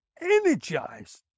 energized